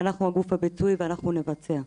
אנחנו הגוף הביצועי ואנחנו נבצע.